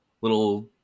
little